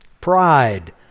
pride